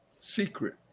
secret